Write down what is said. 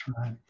right